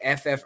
FF